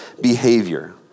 behavior